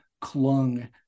clung